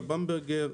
אלעזר במברגר.